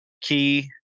key